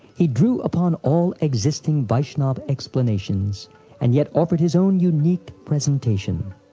he drew upon all existing vaishnava explanations and yet offered his own unique presentation.